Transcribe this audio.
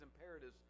imperatives